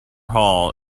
hall